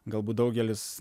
galbūt daugelis